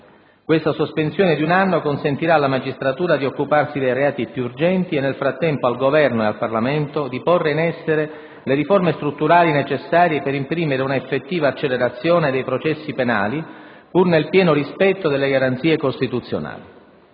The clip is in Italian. Questa sospensione di un anno consentirà alla magistratura di occuparsi dei reati più urgenti e nel frattempo al Governo e al Parlamento di porre in essere le riforme strutturali necessarie per imprimere una effettiva accelerazione dei processi penali, pur nel pieno rispetto delle garanzie costituzionali.